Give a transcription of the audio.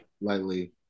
lightly